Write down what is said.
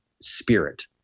spirit